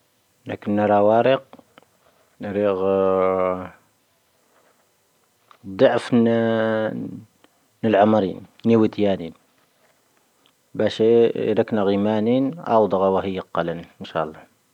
ⵍⴰⴽⵏⴰ ⵍⴰⵡⴰⵔⴻⵇ, ⵏⴰⵔⴻⵇⴰ ⴷⵀⴰⴰⴼⵏⴰ ⵏⵉⵍⴰⵎⴰⵔⵉⵏ, ⵏⴻⵡⵉⵜⵢⴰⵏⵉⵏ. ⴱⴰⵙⵉ ⵍⴰⴽⵏⴰ ⴳⵀⵉⵎⴰⵏⵉⵏ, ⴰoⵓⴷⴰ ⴳⴰⵡⴰⵀⵉ ⵇⴰⵍⵉⵏ, ⵉⵏⵙⵀⴰ ⴰⵍⵍⴰⵀ.